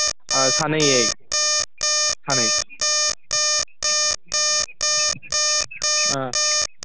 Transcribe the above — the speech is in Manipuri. ꯑꯥ ꯁꯥꯟꯅꯩꯌꯦ ꯁꯥꯟꯅꯩ ꯑꯥ